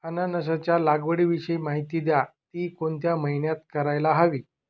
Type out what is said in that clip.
अननसाच्या लागवडीविषयी माहिती द्या, ति कोणत्या महिन्यात करायला हवी?